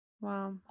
Wow